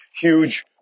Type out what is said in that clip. huge